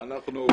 נמנעים,